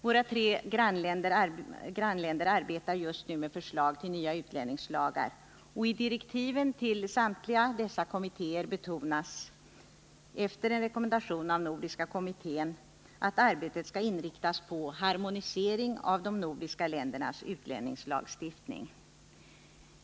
Våra tre grannländer arbetar just nu med förslag till nya utlänningslagar. I direktiven till samtliga dessa kommittéer betonas efter en rekommendation av nordiska kommittén att arbetet skall inriktas på en harmonisering av de nordiska ländernas utlänningslagstiftning.